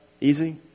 easy